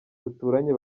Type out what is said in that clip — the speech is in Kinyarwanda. duturanye